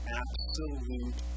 absolute